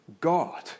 God